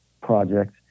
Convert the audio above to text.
project